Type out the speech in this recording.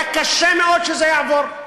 היה קשה מאוד להעביר אותו.